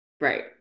right